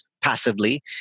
passively